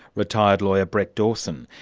retired lawyer, brett dawson.